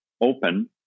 open